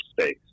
space